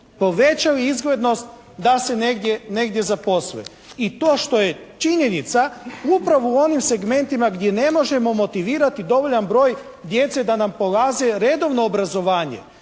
povećali izglednost da se negdje zaposle. I to što je činjenica upravo u onim segmentima gdje ne možemo motivirati dovoljan broj djece da nam polaze redovno obrazovanje